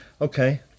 Okay